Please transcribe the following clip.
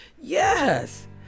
yes